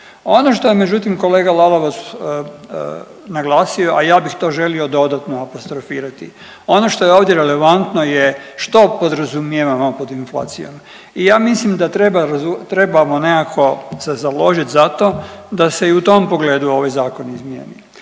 Ono što je međutim kolega Lalovac naglasio, a ja bih to želio dodatno apostrofirati. Ono što je ovdje relevantno je što podrazumijevamo pod inflacijom i ja mislim da treba, trebamo nekako se založit za to da se i u tom pogledu ovaj zakon izmijeni,